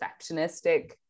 perfectionistic